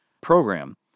program